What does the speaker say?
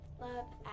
Love